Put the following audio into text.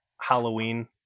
Halloween